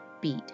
beat